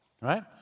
right